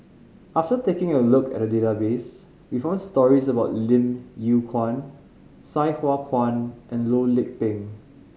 after taking a look at the database we found stories about Lim Yew Kuan Sai Hua Kuan and Loh Lik Peng